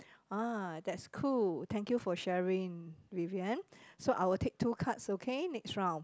ah that's cool thank you for sharing Vivian so I will take two cards okay next round